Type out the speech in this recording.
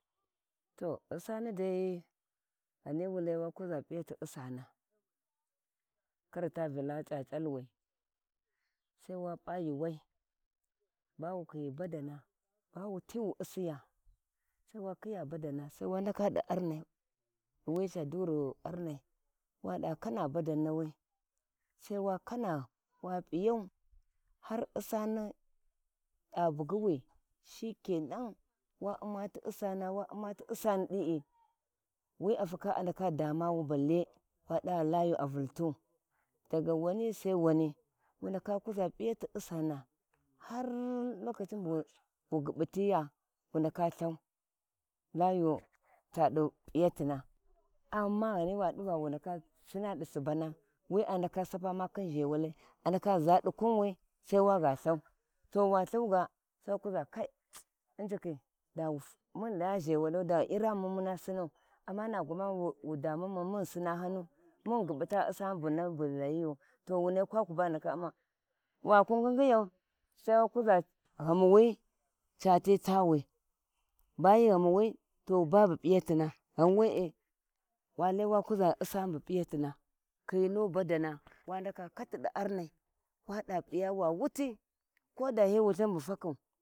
To usani dai ghin wu layi wa kuza p`iyati usana, karta valla c`acalwi sai wa p`ayuuwai, ba wu khinyi badama ba wa ti wu usiya, saiwa khiya badana sai wa ndaka di arnai, di wiya ca duni armai sai wada kana bada nawi, sai wa kanau wa pyau har wani a buggiwi shinkenan wa uma ti usani wa uma ti wana diwi afake a ndaka damuwu balle, wa deva layu a vultu daga wani sai wani wu ndaka kuza p`iyti usana har lokaci bu wu gubbtiyi wu ndaka lthau layu cadi p`iyatina, amma ghinawadiva wa ndaka sinadi di subuna wi a ndaka sapa ma khin zhaw, da a ndaka za ma di kunwi sai waga lthau to wa lhu ga sai wa dava kai injikhi da munghi laya zhewalyu da wu irihimu mun sinau amma na gwanani wu damumun munghi sina hanu muna ghi gubbuta usani bug hi layiyu to wuna kwakwu bag hi ndaka umawa wa ngingigau sai wa kuza ghammuwi cati tawi bayi ghamunwi to babu p`iyatina to babu piyatina, ta wa laiwa kuza wani bu piyatina to kiyi na bada na wa ndaka di arnai wada yiwa wulthin ko da hi wasakum.